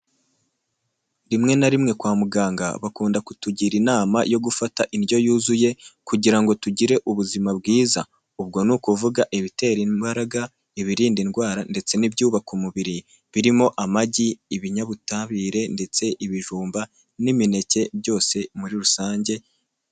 Rimwe na rimwe kwa muganga bakunda kutugira inama yo gufata indyo yuzuye kugira ngo tugire ubuzima bwiza, ubwo ni ukuvuga ibitera imbaraga, ibirinda indwara, ndetse n'ibyubaka umubiri birimo amagi ibinyabutabire ndetse ibijumba n'imineke byose muri rusange.